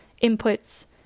Inputs